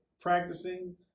practicing